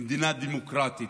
במדינה דמוקרטית,